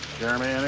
jeremy,